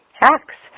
hacks